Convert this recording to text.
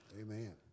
Amen